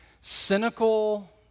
cynical